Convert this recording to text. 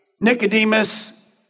Nicodemus